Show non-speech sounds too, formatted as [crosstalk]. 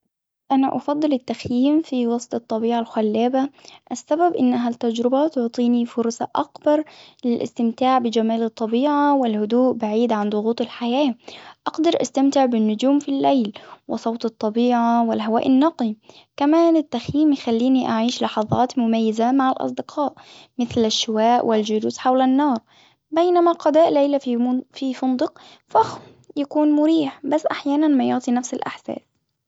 أنا أفضل التخييم في وسط الطبيعة الخلابة، السبب أنها التجربة تعطيني فرصة أكبر للإستمتاع بجمال الطبيعة والهدوء بعيد عن ضغوط الحياة، أقدر أستمتع بالنجوم في الليل وصوت الطبيعة والهواء النقي، كمان التخييم يخليني أعيش لحظات مميز مع الأصدقاء مثل الشواء والجلوس حول النار، بينما قضاء ليلة في [hesitation] في فندق فخم يكون مريح بس أحيانا ما يعطي نفس الإحساس.